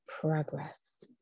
progress